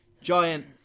giant